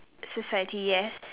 society yes